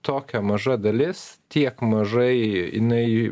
tokia maža dalis tiek mažai inai